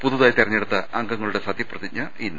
പുതുതായി തെരഞ്ഞെടുത്ത അംഗങ്ങളുടെ സത്യപ്ര തിജ്ഞ ഇന്ന്